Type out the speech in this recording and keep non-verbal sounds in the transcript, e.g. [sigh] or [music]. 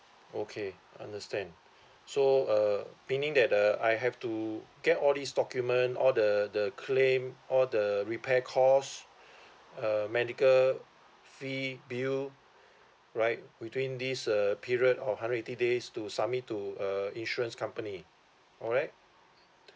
okay understand [breath] so uh meaning that uh I have to get all this document all the the claim all the repair cost [breath] uh medical fee bill [breath] right within this uh period of hundred eighty days to submit to uh insurance company alright